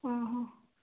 ആഹാ